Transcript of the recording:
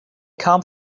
come